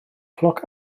cloc